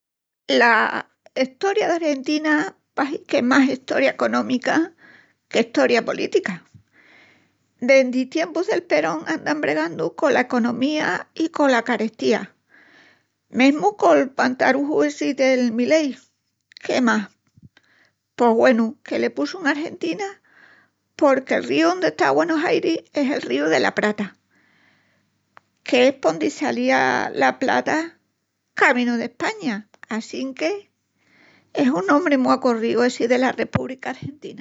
La Estoria d'Argentina pahi qu'es más Estoria económica que Estoria política. Dendi tiempus del Perón andan bregandu cola economía i cola carestía, mesmu col pantaruju essí del Milei. Qué más? Pos güenu, que le pusun Argentina porque'l ríu ondi está Güenus Airis es el Ríu dela Prata, que es pondi salía la prata caminu d'España. Assínque es un nombri mu acorríu essi dela Repúbrica Argentina!